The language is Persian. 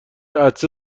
عطسه